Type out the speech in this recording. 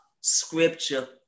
Scripture